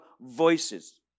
voices